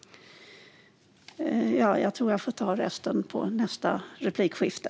Jag tror att jag får ta resten i nästa replikskifte.